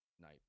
night